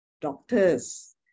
doctors